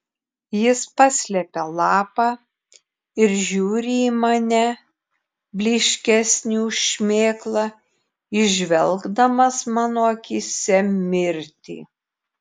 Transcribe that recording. jis paslepia lapą ir žiūri į mane blyškesnį už šmėklą įžvelgdamas mano akyse mirtį